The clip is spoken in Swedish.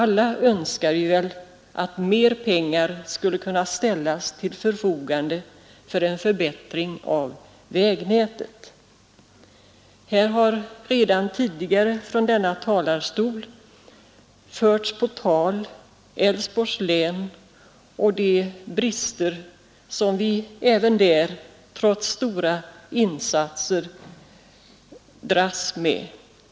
Alla önskar vi väl att mer pengar skulle kunna ställas till förfogande för en förbättring av vägnätet. Från denna talarstol har redan tidigare förts på tal Älvsborgs län och de brister som vi även där, trots stora insatser, dras med.